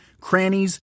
crannies